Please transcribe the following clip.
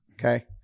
okay